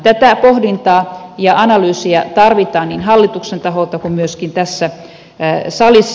tätä pohdintaa ja analyysiä tarvitaan niin hallituksen taholta kuin myöskin tässä salissa